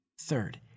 Third